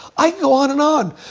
i on and on.